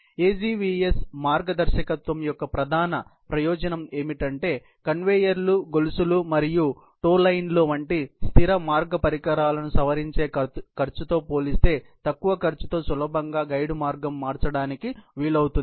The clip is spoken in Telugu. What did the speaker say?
AGVS మార్గదర్శకత్వం యొక్క ప్రధాన ప్రయోజనం ఏమిటంటే కన్వేయర్లు గొలుసులు మరియు టో లైన్లు వంటి స్థిర మార్గ పరికరాలను సవరించే ఖర్చుతో పోలిస్తే తక్కువ ఖర్చుతో సులభంగా గైడ్ మార్గం మార్చడానకి విలవుతుంది